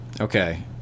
okay